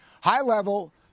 high-level